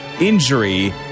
injury